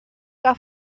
que